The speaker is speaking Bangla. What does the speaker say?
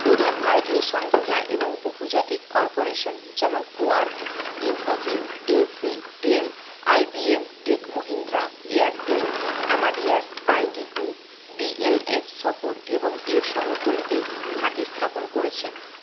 প্রধান ভারতীয় সংস্থা এবং বহুজাতিক কর্পোরেশন যেমন Quark Infosys Evry Dell IBM Tech Mahindra Airtel Amadeus IT Group DLF শহর এবং এর শহরতলিতে ঘাঁটি স্থাপন করেছে